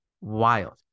Wild